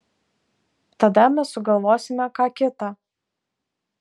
tada mes sugalvosime ką kita